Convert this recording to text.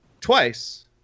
twice